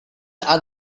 are